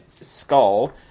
skull